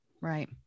Right